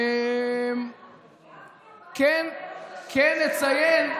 כן נציין,